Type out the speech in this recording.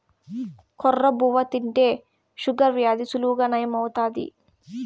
కొర్ర బువ్వ తింటే షుగర్ వ్యాధి సులువుగా నయం అవుతాది